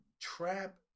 trap